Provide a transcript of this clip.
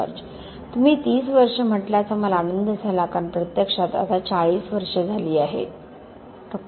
George तुम्ही ३० वर्षे म्हटल्याचा मला आनंद झाला कारण प्रत्यक्षात आता ४० वर्षे झाली आहेत डॉ